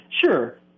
sure